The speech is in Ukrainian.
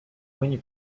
мені